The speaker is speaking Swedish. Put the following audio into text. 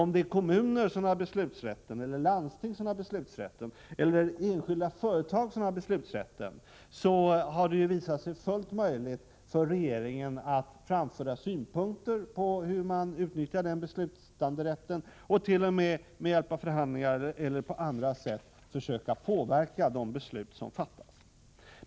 I fall där kommuner, landsting eller enskilda företag har beslutsrätten, har det visat sig fullt möjligt för regeringen att framföra synpunkter på hur denna rätt utnyttjas och t.o.m. med hjälp av förhandlingar eller på annat sätt försöka påverka de beslut som fattas.